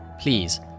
Please